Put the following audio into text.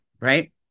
right